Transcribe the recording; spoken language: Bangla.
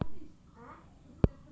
সাদা আলু কতটা ফাকা লাগলে ভালো হবে?